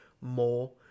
more